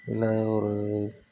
இல்லை ஒரு